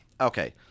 okay